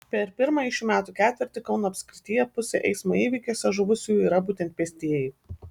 per pirmąjį šių metų ketvirtį kauno apskrityje pusė eismo įvykiuose žuvusiųjų yra būtent pėstieji